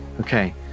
okay